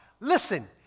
Listen